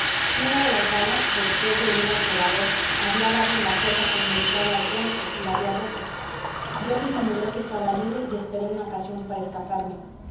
una de las balas después de herir al segador había dado en la cuerda que me ligaba al tronco y la había roto yo disimulé que estaba libre y esperé una ocasión para escaparme